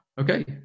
okay